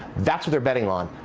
that's what they're betting on.